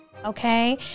Okay